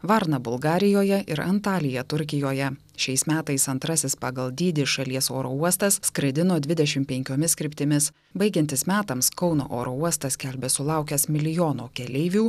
varną bulgarijoje ir antaliją turkijoje šiais metais antrasis pagal dydį šalies oro uostas skraidino dvidešim penkiomis kryptimis baigiantis metams kauno oro uostas skelbia sulaukęs milijono keleivių